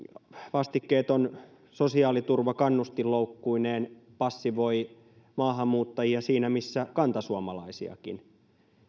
vastikkeeton sosiaaliturva kannustinloukkuineen passivoi maahanmuuttajia siinä missä kantasuomalaisiakin